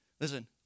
Listen